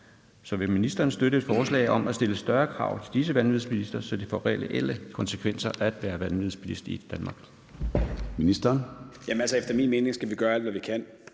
Så vil ministeren støtte et forslag om at stille større krav til disse vanvidsbilister, så det får reelle konsekvenser at være vanvidsbilist i Danmark?